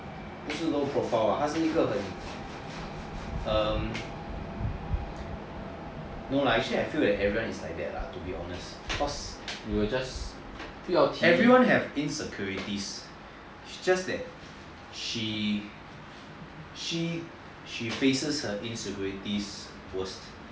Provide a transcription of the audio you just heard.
不是 low profile lah but 他是一个很 um no lah actually I feel that everyone is like that lah to be honest cause everyone have these insecurities it's just that she she bases her insecurities worse